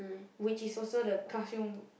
which is also the classroom